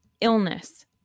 illness –